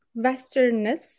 westernness